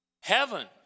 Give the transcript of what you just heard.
Heaven